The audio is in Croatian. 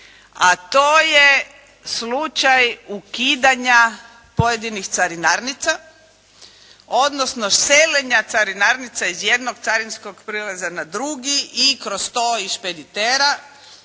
a to je slučaj ukidanja pojedinih carinarnica odnosno seljenja carinarnica iz jednog carinskog prilaza na drugi i kroz to i špeditera.